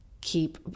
keep